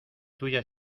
tuya